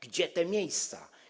Gdzie te miejsca?